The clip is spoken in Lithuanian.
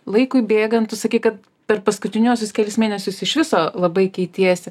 laikui bėgant tu sakei kad per paskutiniuosius kelis mėnesius iš viso labai keitiesi